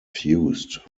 fused